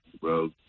bro